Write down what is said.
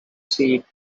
said